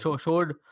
showed